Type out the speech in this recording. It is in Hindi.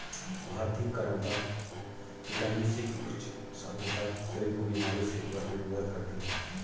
भारतीय करौदा विटामिन सी की उच्च सांद्रता शरीर को बीमारी से उबरने में मदद करती है